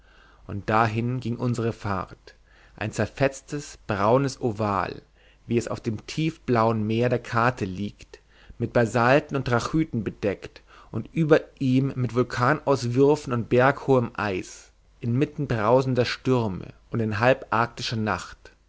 und dahin ging unsere fahrt ein zerfetztes braunes oval wie es auf dem tiefblauen meer der karte liegt mit basalten und trachyten bedeckt und über ihm mit vulkanauswürfen und berghohem eis inmitten brausender stürme und in halbarktischer nacht